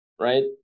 right